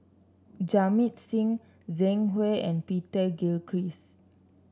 Jamit Singh Zhang Hui and Peter Gilchrist